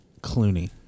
Clooney